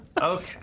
Okay